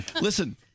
Listen